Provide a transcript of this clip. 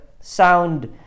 sound